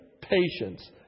patience